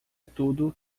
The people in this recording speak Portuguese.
tudo